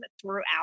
throughout